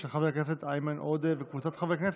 של חבר הכנסת איימן עודה וקבוצת חברי הכנסת?